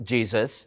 Jesus